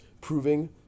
proving